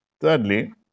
Thirdly